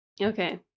Okay